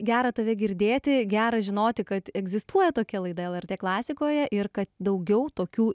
gera tave girdėti gera žinoti kad egzistuoja tokia laida lrt klasikoje ir kad daugiau tokių